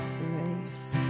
grace